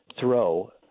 throw